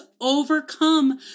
overcome